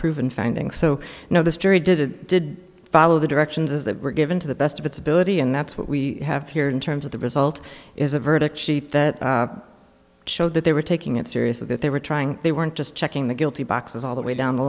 proven finding so you know this jury did and did follow the directions as they were given to the best of its ability and that's what we have here in terms of the result is a verdict sheet that showed that they were taking it seriously that they were trying they weren't just checking the guilty boxes all the way down the